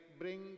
bring